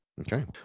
Okay